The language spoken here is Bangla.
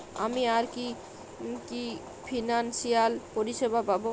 আমি আর কি কি ফিনান্সসিয়াল পরিষেবা পাব?